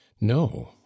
no